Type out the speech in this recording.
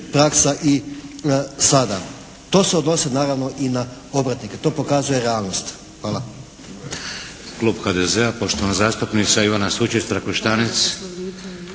praksa i sada. To se odnosi naravno i na obrtnike. To pokazuje realnost. Hvala.